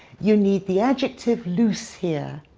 you need the adjective loose here.